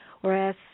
Whereas